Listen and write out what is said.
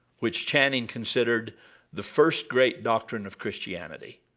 which channing considered the first great doctrine of christianity.